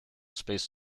space